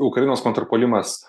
ukrainos kontrpuolimas